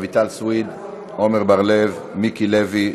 רויטל סויד, עמר בר-לב, מיקי לוי,